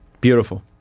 Beautiful